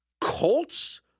Colts